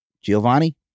Giovanni